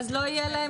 אז לא יהיה להם גנים?